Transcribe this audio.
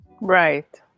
Right